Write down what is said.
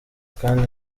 kandi